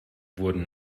wurden